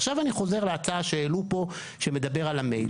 עכשיו אני חוזר להצעה שהעלו פה שמדברת על המייל,